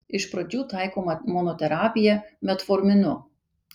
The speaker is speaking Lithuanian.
iš pradžių taikoma monoterapija metforminu